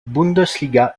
bundesliga